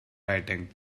writing